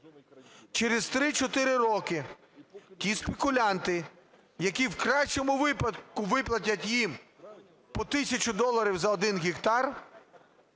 Через 3-4 роки ті спекулянти, які в кращому випадку виплатять їм по 1 тисячу доларів за 1 гектар